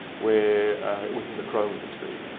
where within the chrome industry,